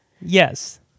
Yes